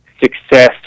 success